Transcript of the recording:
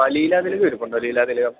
ആ ലീലാ തിലകം ഇരിപ്പുണ്ടോ ലീലാ തിലകം